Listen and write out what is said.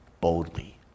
boldly